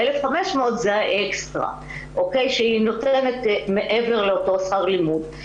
1,500 זה אקסטרה שהיא נותנת מעבר לאותו שכר לימוד.